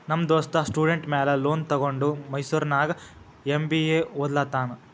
ನಮ್ ದೋಸ್ತ ಸ್ಟೂಡೆಂಟ್ ಮ್ಯಾಲ ಲೋನ್ ತಗೊಂಡ ಮೈಸೂರ್ನಾಗ್ ಎಂ.ಬಿ.ಎ ಒದ್ಲತಾನ್